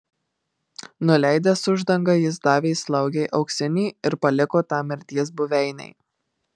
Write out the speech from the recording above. nuleidęs uždangą jis davė slaugei auksinį ir paliko tą mirties buveinę